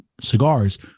cigars